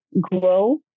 grow